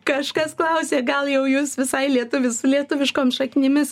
kažkas klausė gal jau jūs visai lietuvis lietuviškom šaknimis